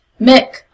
Mick